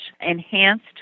enhanced